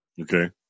Okay